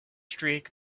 streak